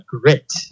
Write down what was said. grit